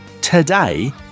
today